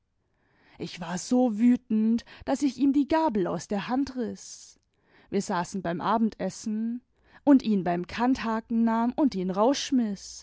ich war so wütend daß ich ihm die gabel aus der hand riß wir saßen beim abendessen und ihn beim kanthaken nahm und ihn rausschmiß